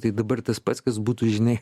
tai dabar tas pats kas būtų žinai